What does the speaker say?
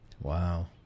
Wow